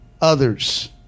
others